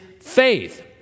faith